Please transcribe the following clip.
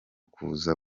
kuza